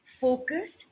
focused